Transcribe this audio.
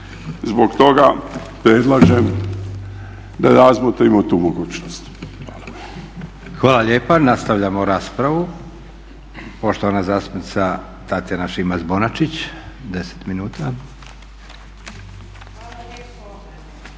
Zbog toga predlažem da razmotrimo tu mogućnost. **Leko, Josip (SDP)** Hvala lijepa. Nastavljamo raspravu. Poštovana zastupnica Tatjana Šimac-Bonačić, 10 minuta. **Šimac